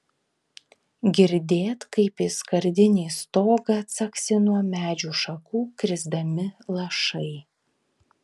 girdėt kaip į skardinį stogą caksi nuo medžių šakų krisdami lašai